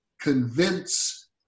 convince